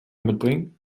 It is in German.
mitbringen